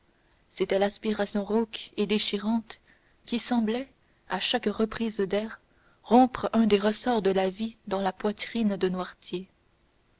c'était l'aspiration rauque et déchirante qui semblait à chaque reprise d'air rompre un des ressorts de la vie dans la poitrine de noirtier